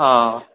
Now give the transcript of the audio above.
ആ